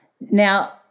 Now